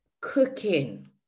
cooking